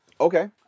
Okay